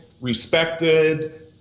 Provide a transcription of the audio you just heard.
respected